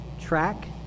Track